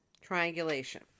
triangulation